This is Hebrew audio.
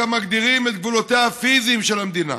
מגדירים את גבולותיה הפיזיים של המדינה.